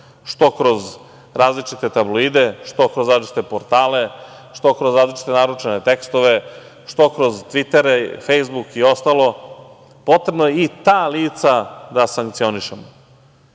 što kroz različite tabloide, što kroz različite portale, što kroz različite naručene tekstove, što kroz Tviter, Fejsbuk i ostalo, potrebno je i ta lica da sankcionišemo